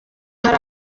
hari